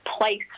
place